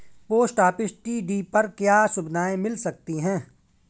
Post office TD पर क्या सुविधाएँ मिल सकती है?